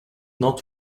not